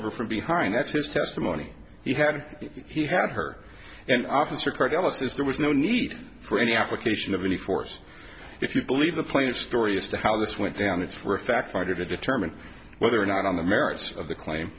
over from behind that's his testimony he had he had heard and officer cordella says there was no need for any application of any force if you believe the point story as to how this went down it's worth fact fighter to determine whether or not on the merits of the claim